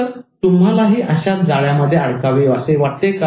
तर तुम्हालाही अशाच जाळ्यामध्ये अडकावे असे वाटते का